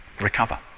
recover